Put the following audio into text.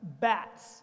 bats